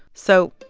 so,